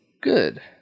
Good